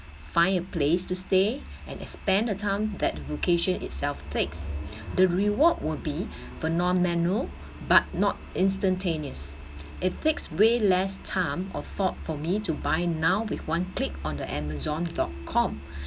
find a place to stay and expand the time that vacation itself takes the reward would be for phenomenal but not instantaneous it takes way less time afford for me to buy now with one click on the amazon dot com